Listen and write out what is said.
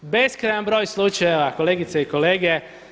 Beskrajan broj slučajeva kolegice i kolege.